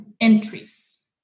entries